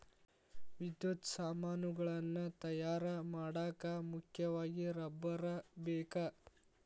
ವಿದ್ಯುತ್ ಸಾಮಾನುಗಳನ್ನ ತಯಾರ ಮಾಡಾಕ ಮುಖ್ಯವಾಗಿ ರಬ್ಬರ ಬೇಕ